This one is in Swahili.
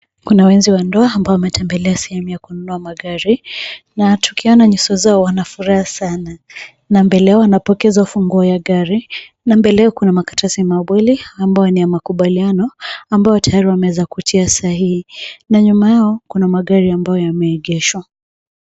Wanaenzi wa ndoa ambao wametembelea sehemu ya kununua magari, na tukiona nyuso zao wana furaha sana na mbele yao wanapokezwa funguo ya gari, na mbele yao kuna makaratasi mawili ambayo ni ya makubaliano ambayo tayari wameweza kutia sahihi. Na nyuma yao kuna magari ambayo yameegeshwa.